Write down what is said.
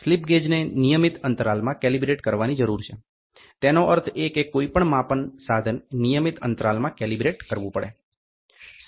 slip ગેજને નિયમિત અંતરાલમાં કેલિબ્રેટ કરવાની જરૂર છે તેનો અર્થ એ કે કોઈ પણ માપન સાધન નિયમિત અંતરાલમાં કેલિબ્રેટ કરવું પડે